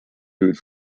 food